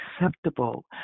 acceptable